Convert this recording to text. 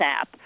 app